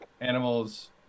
animals